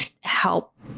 help